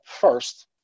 first